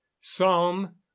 Psalm